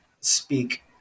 speak